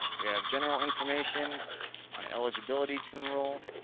we have general information on eligibility to enroll.